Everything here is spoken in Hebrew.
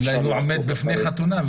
אולי הוא עומד לפני חתונה?